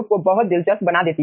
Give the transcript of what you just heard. को बहुत दिलचस्प बना देती है